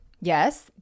Yes